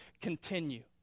continue